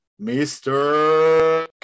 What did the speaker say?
Mr